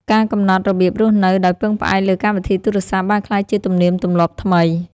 ការកំណត់របៀបរស់នៅដោយពឹងផ្អែកលើកម្មវិធីទូរសព្ទ បានក្លាយជាទំនៀមទម្លាប់ថ្មី។